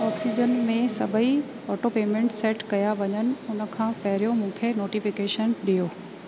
oxygen में सभई autopayment set कया वञनि उन खां पहिरियों मूंखे नोटिफिकेशन ॾियो